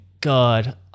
God